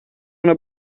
una